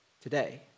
today